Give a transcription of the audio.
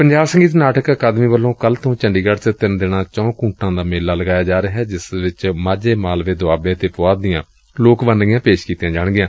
ਪੰਜਾਬ ਸੰਗੀਤ ਨਾਟਕ ਅਕਾਦਮੀ ਵੱਲੋਂ ਕੱਲ ਤੋਂ ਚੰਡੀਗੜ ਚ ਤਿੰਨ ਦਿਨਾਂ ਚਹੁੰ ਕੁੰਟਾਂ ਦਾ ਮੇਲਾ ਲਗਾਇਆ ਜਾ ਰਿਹੈ ਜਿਸ ਵਿਚ ਮਾਝੇ ਮਾਲਵੇ ਦੁਆਬੇ ਅਤੇ ਪੁਆਧ ਦੀਆਂ ਲੋਕ ਵੰਨਗੀਆਂ ਪੇਸ਼ ਕੀਤੀਆਂ ਜਾਣਗੀਆਂ